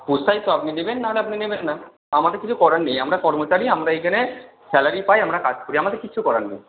পোষায় তো আপনি নেবেন না হলে আপনি নেবেন না আমাদের কিছু করার নেই আমরা কর্মচারী আমরা এইখানে স্যালারি পাই আমরা কাজ করি আমাদের কিচ্ছু করার নেই